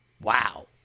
wow